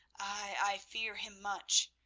i fear him much!